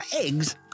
eggs